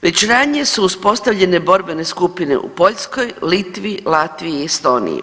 Već ranije su uspostavljene borbene skupine u Poljskoj, Litvi, Latviji i Estoniji.